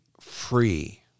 free